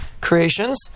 creations